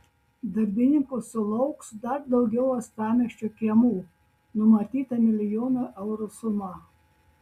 darbininkų sulauks dar daugiau uostamiesčio kiemų numatyta milijono eurų suma